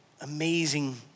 amazing